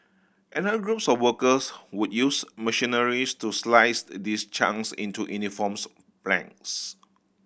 another group of workers would use machineries to slice these chunks into uniforms planks